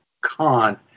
con